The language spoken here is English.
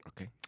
Okay